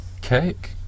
cake